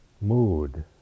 mood